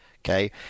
Okay